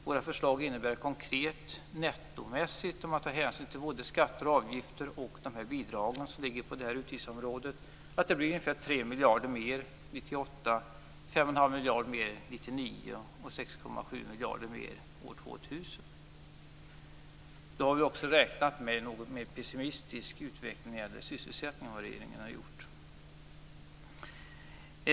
Våra förslag innebär konkret netto, med hänsyn till skatter, avgifter och bidragen på det här utgiftsområdet, ungefär 3 miljarder mer för 1998, 5 1⁄2 Då har vi också räknat något mer pessimistiskt när det gäller utvecklingen av sysselsättningen än vad regeringen har gjort.